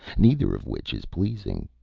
neither of which is pleasing.